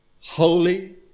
holy